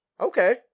Okay